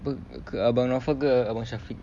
abang naufal ke abang syafiq